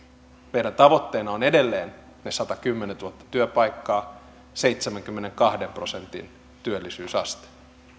meidän tavoitteenamme on edelleen ne satakymmentätuhatta työpaikkaa seitsemänkymmenenkahden prosentin työllisyysaste